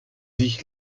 sich